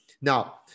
Now